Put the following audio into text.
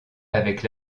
avec